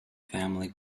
family